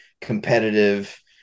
competitive